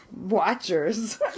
Watchers